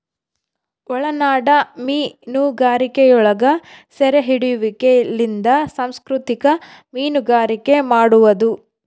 ಒಳನಾಡ ಮೀನುಗಾರಿಕೆಯೊಳಗ ಸೆರೆಹಿಡಿಯುವಿಕೆಲಿಂದ ಸಂಸ್ಕೃತಿಕ ಮೀನುಗಾರಿಕೆ ಮಾಡುವದು